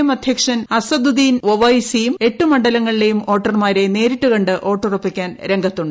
M അധ്യക്ഷൻ അസദുദ്ദീൻ ഒവൈസിയും എട്ട് മണ്ഡലങ്ങളിലേയും വോട്ടർമാരെ നേരിട്ട് കണ്ട് വോട്ടുറപ്പിക്കാൻ രംഗത്തുണ്ട്